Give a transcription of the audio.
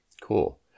Cool